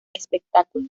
espectáculo